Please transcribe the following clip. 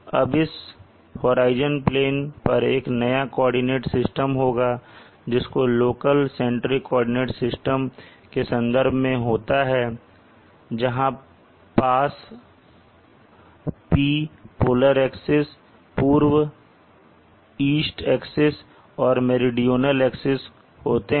अब इस horizon plane पर एक नया कोऑर्डिनेट सिस्टम होगा जिसको लोकल सेंट्रिक कोऑर्डिनेट सिस्टम के संदर्भ में होता है जहां पास P पोलर एक्सिस पूर्व एक्सिस और मेरीडोनल एक्सिस होते हैं